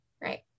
right